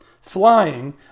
Flying